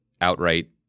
outright